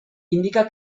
indica